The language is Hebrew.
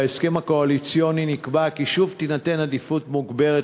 בהסכם הקואליציוני נקבע כי שוב תינתן עדיפות מוגברת